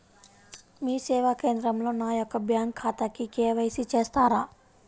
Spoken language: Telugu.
మీ సేవా కేంద్రంలో నా యొక్క బ్యాంకు ఖాతాకి కే.వై.సి చేస్తారా?